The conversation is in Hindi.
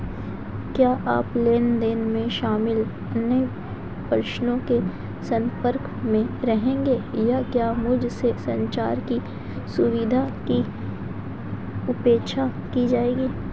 क्या आप लेन देन में शामिल अन्य पक्षों के संपर्क में रहेंगे या क्या मुझसे संचार की सुविधा की अपेक्षा की जाएगी?